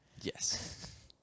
Yes